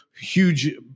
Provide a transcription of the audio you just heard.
huge